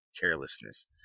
carelessness